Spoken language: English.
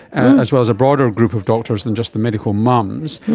as well as a broader group of doctors than just the medical mums.